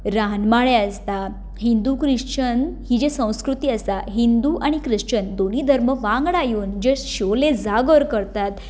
राहनमाळे आसता हिंदू क्रिशच्चन ही जी संस्कृती आसा हिंदू आनी क्रिच्चन दोगी धर्म वांगडा येवन जे शिवोले जागर करतात